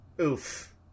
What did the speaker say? oof